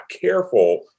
careful